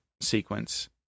sequence